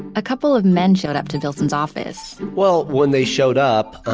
a couple of men showed up to bilson's office well, when they showed up,